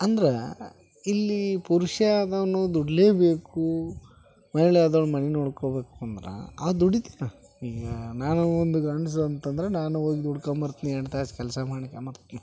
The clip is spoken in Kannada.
ಅಂದರೆ ಇಲ್ಲಿ ಪುರುಷ ಆದವನು ದುಡೀಲೇಬೇಕು ಮಹಿಳೆ ಆದವ್ಳು ಮನೆ ನೋಡ್ಕೋಬೇಕು ಅಂದ್ರೆ ಆ ದುಡೀತೀರಾ ಈಗ ನಾನು ಒಂದು ಗಂಡ್ಸು ಅಂತಂದ್ರೆ ನಾನು ಹೋಗಿ ದುಡ್ಕೊಂಡ್ಬರ್ತೀನಿ ಎಂಟು ತಾಸು ಕೆಲಸ ಮಾಡ್ಕಂಬರ್ತೀನಿ